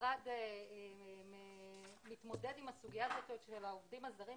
המשרד מתמודד עם הסוגיה של העובדים הזרים,